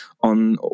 on